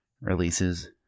releases